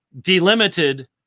Delimited